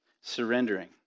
surrendering